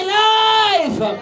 life